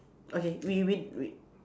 okay we we we